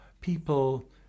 people